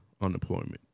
unemployment